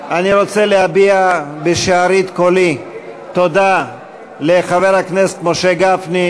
אני רוצה להביע בשארית קולי תודה לחבר הכנסת משה גפני,